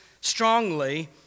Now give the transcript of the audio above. strongly